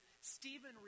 Stephen